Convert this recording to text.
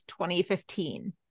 2015